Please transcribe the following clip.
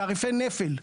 תעריפי נפל,